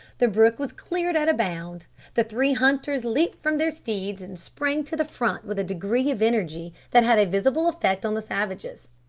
the brook was cleared at a bound the three hunters leaped from their steeds and sprang to the front with a degree of energy that had a visible effect on the savages,